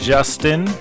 Justin